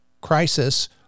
crisis